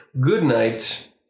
goodnight